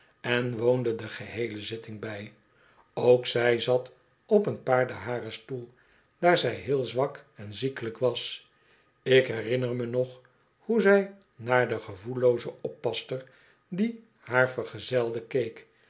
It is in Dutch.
en woonde de geheele zitting bij ook zij zat op een paardenharen stoel daar zij heel zwak en ziekelijk was ik herinner me nog hoe zij naar de gevoellooze oppasster die haar vergezelde